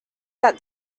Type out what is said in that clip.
that